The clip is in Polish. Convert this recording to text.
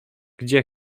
gdzie